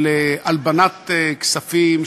של הלבנת כספים,